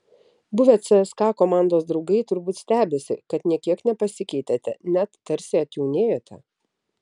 buvę cska komandos draugai turbūt stebisi kad nė kiek nepasikeitėte net tarsi atjaunėjote